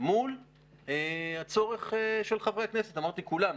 מול הצורך של חברי הכנסת אמרתי כולם,